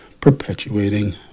perpetuating